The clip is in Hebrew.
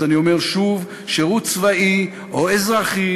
אז אני אומר שוב: שירות צבאי או אזרחי